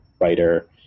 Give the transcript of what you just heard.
writer